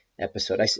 episode